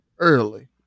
early